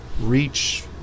reach